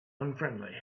unfriendly